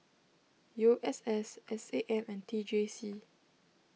U S S S A M and T J C